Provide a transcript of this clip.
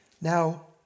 Now